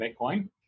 Bitcoin